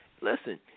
Listen